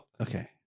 okay